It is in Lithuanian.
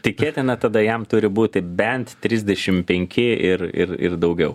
tikėtina tada jam turi būti bent trisdešim penki ir ir ir daugiau